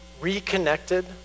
reconnected